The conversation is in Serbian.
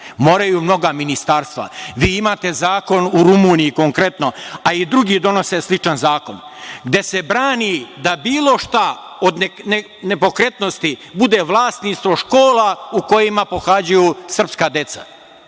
moraju mnoga ministarstva. Vi imate zakon u Rumuniji konkretno, a i drugi donose sličan zakon, gde se brani da bilo šta od nepokretnosti bude vlasništvo škola u kojima pohađaju srpska deca